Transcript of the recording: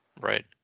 Right